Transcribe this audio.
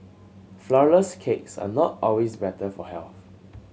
flourless cakes are not always better for health